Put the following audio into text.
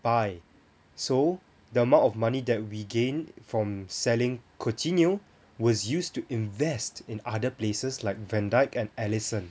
buy so the amount of money that we gain from selling coutinho was used to invest in other places like van dijk and alisson